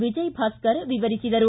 ವಿಜಯ ಭಾಸ್ಕರ್ ವಿವರಿಸಿದರು